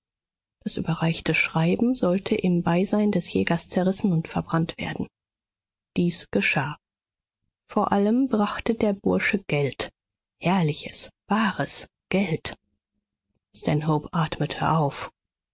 das überreichte schreiben sollte im beisein des jägers zerrissen und verbrannt werden dies geschah vor allem brachte der bursche geld herrliches bares geld stanhope atmete auf